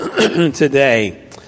today